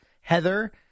heather